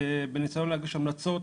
בניסיון להגיש המלצות